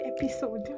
episode